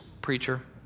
preacher